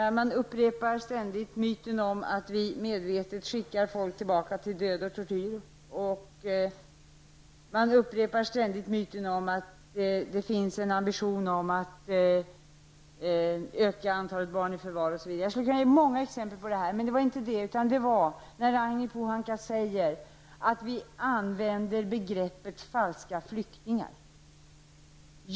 Man upprepar ständigt myten om att vi medvetet skickar folk tillbaka till död och tortyr. Och man upprepar ständigt myten om att det finns en ambition att öka antalet barn i förvar, osv. Jag skulle kunna ge många exempel på detta. Men det var inte därför som jag begärde ordet. Jag begärde ordet på grund av att Ragnhild Pohanka sade att vi använder begreppet falska flyktingar.